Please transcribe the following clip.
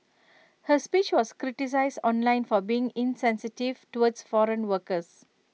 her speech was criticised online for being insensitive towards foreign workers